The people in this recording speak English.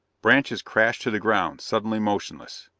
branches crashed to the ground, suddenly motionless.